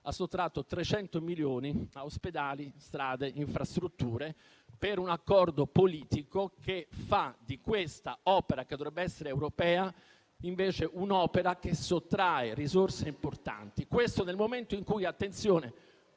ha sottratto 300 milioni di euro a ospedali, strade, infrastrutture, per un accordo politico che fa di questa opera, che dovrebbe essere europea, un'opera che invece sottrae risorse importanti. Questo nel momento in cui, attenzione,